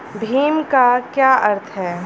भीम का क्या अर्थ है?